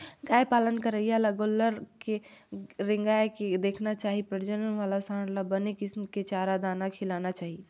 गाय पालन करइया ल गोल्लर ल रेंगाय के देखना चाही प्रजनन वाला सांड ल बने किसम के चारा, दाना खिलाना चाही